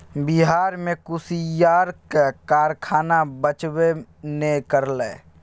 बिहार मे कुसियारक कारखाना बचबे नै करलै